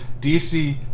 DC